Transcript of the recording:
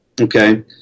Okay